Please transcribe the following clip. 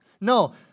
No